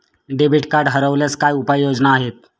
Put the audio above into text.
Debit card हरवल्यास काय उपाय योजना आहेत?